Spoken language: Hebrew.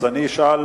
אז אני אשאל.